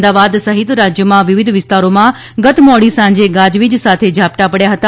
અમદાવાદ સહિત રાજ્યમાં વિવિધ વિસ્તારોમાં ગત મોડી સાંજે ગાજવીજ સાથે ઝાપટાં પડ્યા હતા